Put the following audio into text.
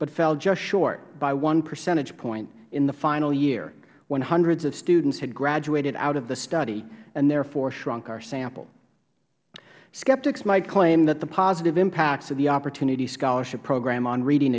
but failed just short by one percentage point in the final year when hundreds of students had graduated out of the study and therefore shrunk our sample skeptics might claim that the positive impacts of the opportunity scholarship program on reading